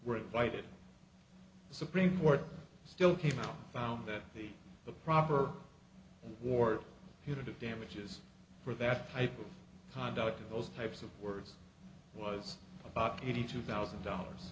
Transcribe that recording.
were invited the supreme court still came out found that the the proper war period of damages for that type of conduct in those types of words was about eighty two thousand dollars